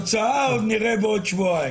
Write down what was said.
תוצאה נראה עוד שבועיים.